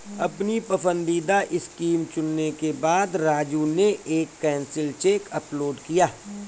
अपनी पसंदीदा स्कीम चुनने के बाद राजू ने एक कैंसिल चेक अपलोड किया